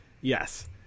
yes